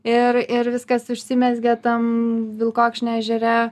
ir ir viskas užsimezgė tam vilkokšnio ežere